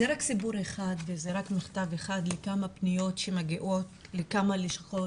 זה רק סיפור אחד וזה רק מכתב אחד לכמה פניות שמגיעות לכמה לשכות